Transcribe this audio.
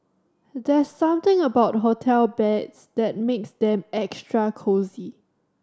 there's something about hotel beds that makes them extra cosy